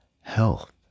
health